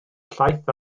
llaeth